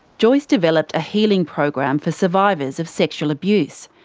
joyce developed a healing program for survivors of sexual abuse.